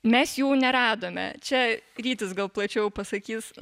mes jų neradome čia rytis gal plačiau pasakys